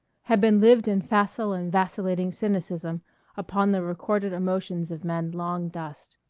had been lived in facile and vacillating cynicism upon the recorded emotions of men long dust.